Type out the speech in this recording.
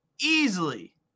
easily